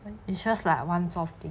it's just like once off thing